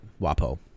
WAPO